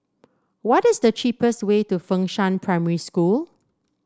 what is the cheapest way to Fengshan Primary School